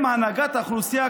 עם הנהגת האוכלוסייה,